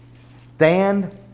stand